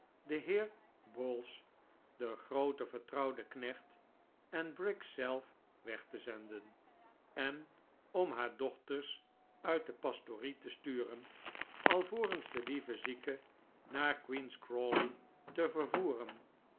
den heer bowls den grooten vertrouwden knecht en briggs zelf weg te zenden en om haar dochters uit de pastorie te sturen alvorens de lieve zieke naar queen's crawley te vervoeren